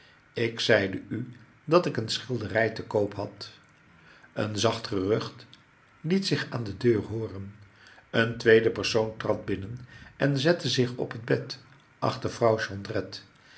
ik zeide u dat ik een schilderij te koop had een zacht gerucht liet zich aan de deur hooren een tweede persoon trad binnen en zette zich op het bed achter vrouw